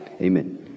Amen